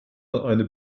eine